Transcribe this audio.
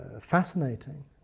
fascinating